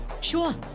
sure